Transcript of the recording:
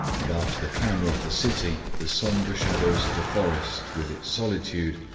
and after the clamor of the city the somber shadows of the forest, with its solitude,